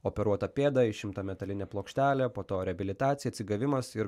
operuota pėda išimta metalinė plokštelė po to reabilitacija atsigavimas ir